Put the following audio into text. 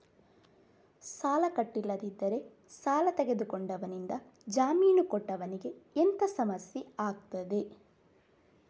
ಸಾಲ ಕಟ್ಟಿಲ್ಲದಿದ್ದರೆ ಸಾಲ ತೆಗೆದುಕೊಂಡವನಿಂದ ಜಾಮೀನು ಕೊಟ್ಟವನಿಗೆ ಎಂತ ಸಮಸ್ಯೆ ಆಗ್ತದೆ?